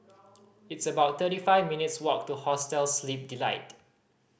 it's about thirty five minutes' walk to Hostel Sleep Delight